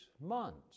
months